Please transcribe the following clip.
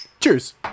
Cheers